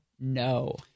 no